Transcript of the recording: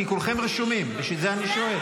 כי כולכם רשומים, בשביל זה אני שואל.